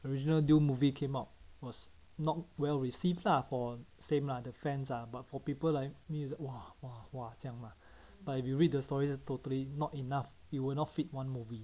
original dune movie came out was not well received lah for same lah the fans ah but for people like me will say !wah! !wah! !wah! 这样 mah but if you read the stories totally not enough you will not fit one movie